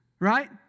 Right